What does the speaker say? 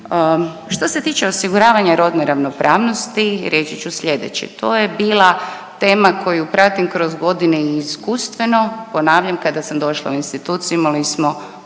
Što se tiče osiguravanja rodne ravnopravnosti reći ću sljedeće, to je bila tema koju pratim kroz godine i iskustveno. Ponavljam, kada sam došla u instituciju imali smo muškarca